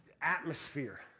atmosphere